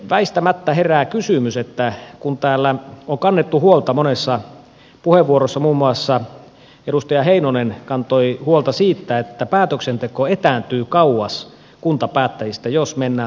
väistämättä herää kysymys kun täällä on kannettu huolta monessa puheenvuorossa muun muassa edustaja heinonen kantoi huolta siitä että päätöksenteko etääntyy kauas kuntapäättäjistä jos mennään tähän maakuntamalliin